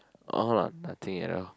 oh nothing at all